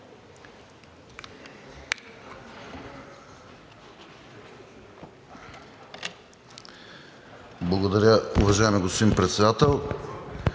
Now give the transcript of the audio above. Благодаря Ви, уважаеми господин Председател.